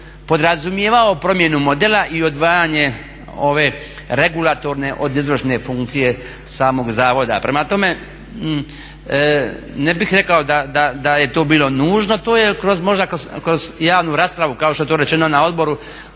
podrazumijevao promjenu modela i odvajanje ove regulatorne od izvršne funkcije samog zavoda. Prema tome, ne bih rekao da je to bilo nužno. To je možda kroz javnu raspravu kao što je to rečeno na odboru